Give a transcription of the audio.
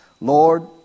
Lord